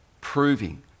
proving